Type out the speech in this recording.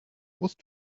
musst